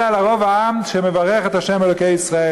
אלא על רוב העם, שמברך את ה' אלוקי ישראל.